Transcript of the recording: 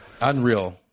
unreal